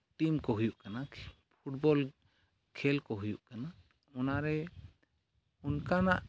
team ᱠᱚ ᱦᱩᱭᱩᱜ ᱠᱟᱱᱟ ᱯᱷᱩᱴᱵᱚᱞ ᱠᱷᱮᱞ ᱠᱚ ᱦᱩᱭᱩᱜ ᱠᱟᱱᱟ ᱚᱱᱟᱨᱮ ᱚᱱᱠᱟᱱᱟᱜ